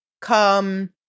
come